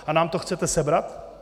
A nám to chcete sebrat?